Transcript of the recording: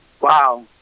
Wow